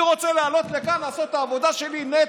אני רוצה לעלות לכאן, לעשות את העבודה שלי נטו.